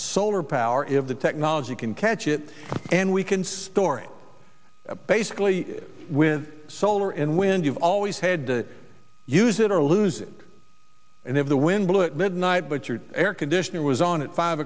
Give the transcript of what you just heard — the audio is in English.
solar power if the technology can catch it and we can store it basically with solar and wind you've always had to use it or lose it and if the wind blew it midnight but your air conditioner was on at five